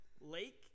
Lake